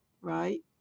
right